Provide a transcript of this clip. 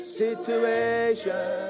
situation